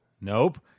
Nope